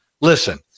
Listen